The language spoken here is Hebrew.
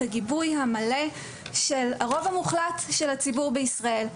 הגיבוי המלא של הרוב המוחלט של הציבור בישראל.